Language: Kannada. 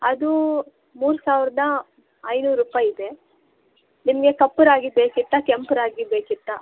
ಅದು ಮೂರು ಸಾವಿರದ ಐನೂರು ರೂಪಾಯಿದೆ ನಿಮಗೆ ಕಪ್ಪು ರಾಗಿ ಬೇಕಿತ್ತಾ ಕೆಂಪು ರಾಗಿ ಬೇಕಿತ್ತಾ